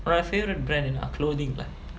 my favourite brand in clothing lah